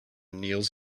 kneels